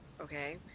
okay